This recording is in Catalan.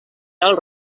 tal